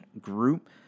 group